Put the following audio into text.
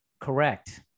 Correct